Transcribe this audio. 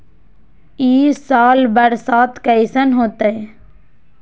ई साल बरसात कैसन होतय?